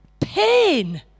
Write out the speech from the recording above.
pain